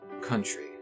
country